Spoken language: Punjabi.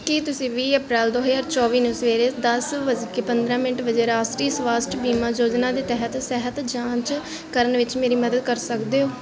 ਕੀ ਤੁਸੀਂ ਵੀਹ ਅਪ੍ਰੈਲ ਦੋ ਹਜ਼ਾਰ ਚੌਵੀ ਨੂੰ ਸਵੇਰੇ ਦਸ ਵੱਜ ਕੇ ਪੰਦਰਾਂ ਮਿੰਟ ਵਜੇ ਰਾਸ਼ਟਰੀ ਸਵਾਸਥ ਬੀਮਾ ਯੋਜਨਾ ਦੇ ਤਹਿਤ ਸਿਹਤ ਜਾਂਚ ਕਰਨ ਵਿੱਚ ਮੇਰੀ ਮਦਦ ਕਰ ਸਕਦੇ